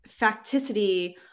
facticity